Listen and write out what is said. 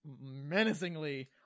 menacingly